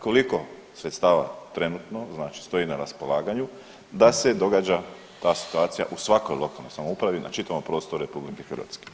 Koliko sredstava trenutno, znači stoji na raspolaganju da se događa ta situacija u svakoj lokalnoj samoupravi, na čitavom prostoru RH?